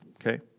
okay